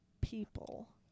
people